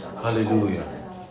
Hallelujah